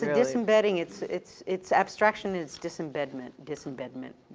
disembedding, it's, it's it's abstraction, it's disembedment, disembedment,